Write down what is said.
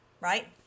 right